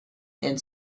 and